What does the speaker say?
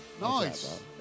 Nice